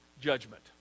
Judgment